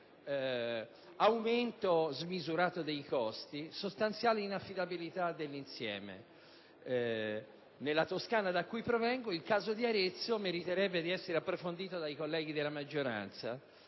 aumento smisurato dei costi, sostanziale inaffidabilità dell'insieme. Nella Regione Toscana, da cui provengo, il caso di Arezzo meriterebbe di essere approfondito dai colleghi della maggioranza,